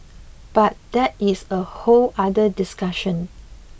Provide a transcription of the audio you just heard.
but that is a whole other discussion